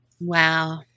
Wow